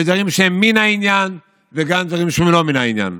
ודברים שהם ממין העניין וגם דברים שהם לא ממין העניין.